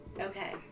Okay